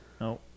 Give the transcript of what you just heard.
No